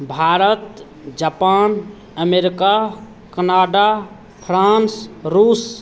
Bharat Japan America Canada France रूस